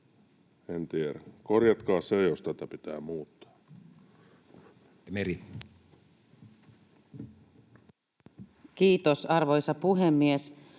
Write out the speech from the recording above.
En tiedä. Korjatkaa se, jos tätä pitää muuttaa. Edustaja Meri. Kiitos, arvoisa puhemies!